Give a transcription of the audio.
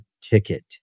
ticket